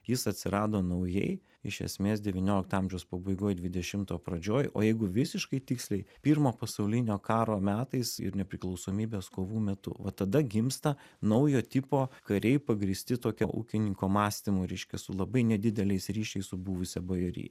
jis atsirado naujai iš esmės devyniolikto amžiaus pabaigoj dvidešimto pradžioj o jeigu visiškai tiksliai pirmo pasaulinio karo metais ir nepriklausomybės kovų metu va tada gimsta naujo tipo kariai pagrįsti tokio ūkininko mąstymu reiškia su labai nedideliais ryšiais su buvusia bajorija